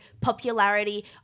popularity